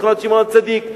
בשכונת שמעון-הצדיק,